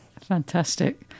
Fantastic